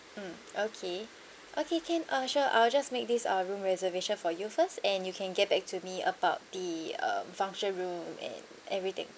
mm okay okay can uh sure I'll just make this uh room reservation for you first and you can get back to me about the um function room and everything